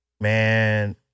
man